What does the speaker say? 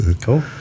Cool